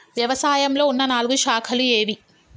వ్యవసాయంలో ఉన్న నాలుగు శాఖలు ఏవి?